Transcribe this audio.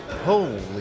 Holy